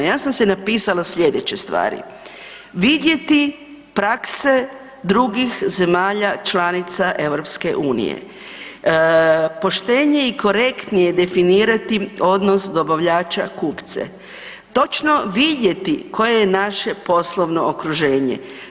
Ja sam si napisala slijedeće stvari, vidjeti prakse drugih zemalja članica EU, poštenije i korektnije definirati odnos dobavljača i kupca, točno vidjeti koje je naše poslovno okruženje.